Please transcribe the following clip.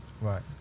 right